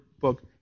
book